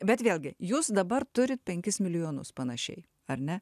bet vėlgi jūs dabar turit penkis milijonus panašiai ar ne